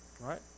right